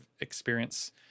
experience